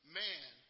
man